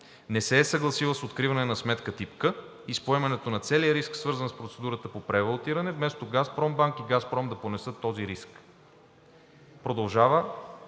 Не се е съгласила с откриване на сметка тип „К“ и с поемането на целия риск, свързан с процедурата по превалутиране, вместо „Газпромбанк“ и „Газпром“ да понесат този риск. България